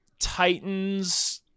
titans